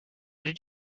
did